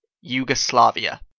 Yugoslavia